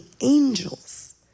angels